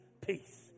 peace